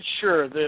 sure